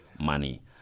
money